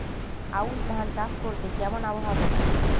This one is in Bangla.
আউশ ধান চাষ করতে কেমন আবহাওয়া দরকার?